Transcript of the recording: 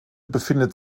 befindet